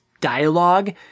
dialogue